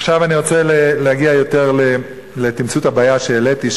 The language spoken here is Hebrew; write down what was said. עכשיו אני רוצה להגיע לתמצות הבעיה שהעליתי,